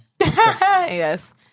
yes